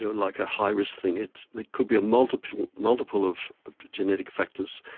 like a high risk thing. it like could be a multiple multiple of genetic factors.